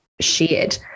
shared